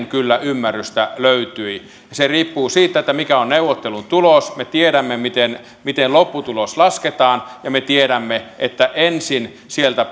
kyllä ymmärrystä löytyi se riippuu siitä mikä on neuvottelutulos me tiedämme miten miten lopputulos lasketaan ja me tiedämme että ensin sieltä